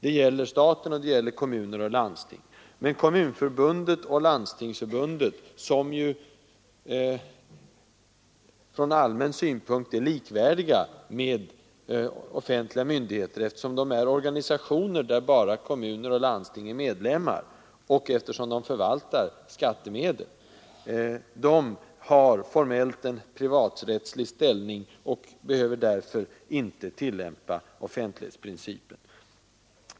Det gäller staten, kommunerna och landstingen. Men Kommunförbundet och Landstingsförbundet, som från allmän synpunkt är likvärdiga med offentliga myndigheter, eftersom de organisationer där bara kommuner och landsting är medlemmar och eftersom de förvaltar skattemedel, har formellt en privaträttslig ställning och behöver därför inte tillämpa offentlighetsprincipen.